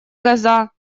коза